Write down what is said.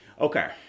okay